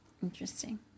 Interesting